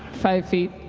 five feet.